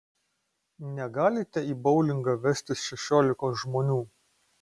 negalite į boulingą vestis šešiolikos žmonių